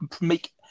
make